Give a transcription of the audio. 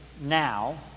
now